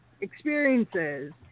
experiences